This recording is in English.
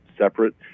separate